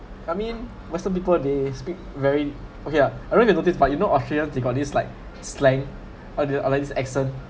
I mean western people they speak very okay ah I want to notice but you know australians they got this like slang or the australian accent